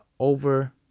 Over